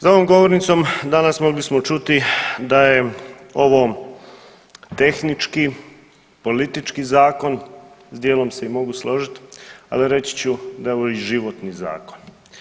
Za ovom govornicom danas mogli smo čuti da je ovo tehnički, politički zakon, s dijelom se i mogu složiti, ali reći ću da je ovo i životni zakon.